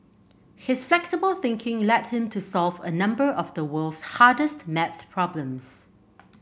his flexible thinking led him to solve a number of the world's hardest maths problems